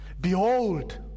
Behold